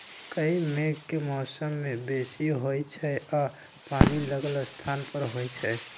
काई मेघ के मौसम में बेशी होइ छइ आऽ पानि लागल स्थान पर होइ छइ